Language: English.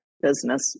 business